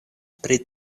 pri